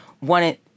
wanted